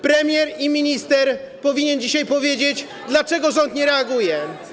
Premier i minister powinni dzisiaj powiedzieć, dlaczego rząd nie reaguje.